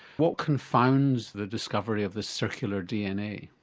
what confounds the discovery of the circular dna?